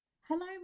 Hello